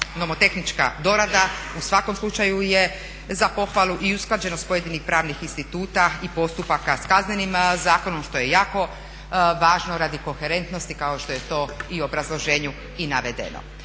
nomotehnička dorada u svakom slučaju je za pohvalu i usklađenost pojedinih pravnih instituta i postupaka s Kaznenim zakonom što je jako važno radi koherentnosti kao što je to i u obrazloženju i navedeno.